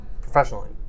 professionally